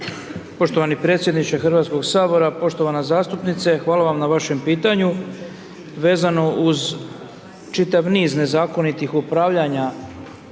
Poštovani predsjedniče Hrvatskog sabora, poštovana zastupnice hvala vam na vašem pitanju, vezano uz čitav niz nezakonitih upravljanja